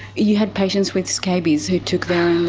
you had patients with scabies who took their um